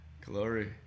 Glory